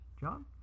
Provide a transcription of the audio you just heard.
John